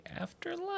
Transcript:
afterlife